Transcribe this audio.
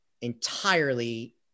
entirely